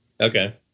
Okay